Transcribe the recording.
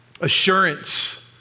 assurance